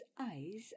eyes